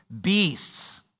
beasts